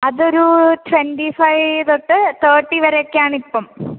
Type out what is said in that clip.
അതൊരു twenty five തൊട്ട് thirty വരെ ഒക്കെ ആണ് ഇപ്പം